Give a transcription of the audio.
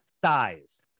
size